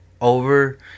over